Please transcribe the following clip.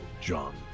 John